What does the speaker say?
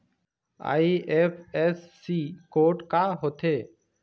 IFSC code का होथे?